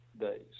days